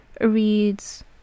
reads